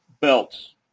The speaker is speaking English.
belts